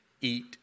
eat